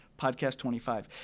PODCAST25